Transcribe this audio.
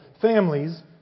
families